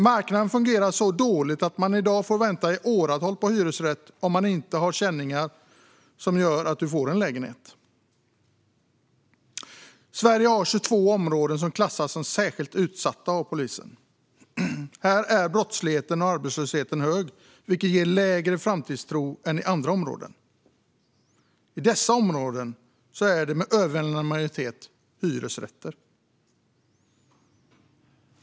Marknaden fungerar i dag så dåligt att man får vänta i åratal på en hyresrätt om man inte har känningar som gör att man får en lägenhet. Sverige har 22 områden som klassas som särskilt utsatta av polisen. Här är brottsligheten och arbetslösheten hög, vilket ger lägre framtidstro än i andra områden. I dessa områden finns med överväldigande majoritet hyresrätter.